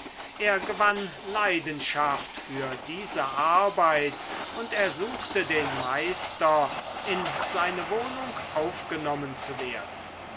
er gewann leidenschaft für diese arbeit und ersuchte den meister in seine wohnung aufgenommen zu werden